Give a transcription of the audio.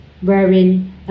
wherein